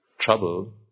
trouble